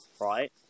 right